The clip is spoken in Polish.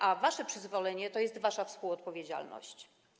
A wasze przyzwolenie to jest wasza współodpowiedzialność.